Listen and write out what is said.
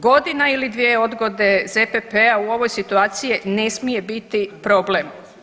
Godina ili dvije odgode ZPP-a u ovoj situaciji ne smije biti problem.